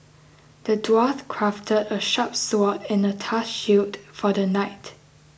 the dwarf crafted a sharp sword and a tough shield for the knight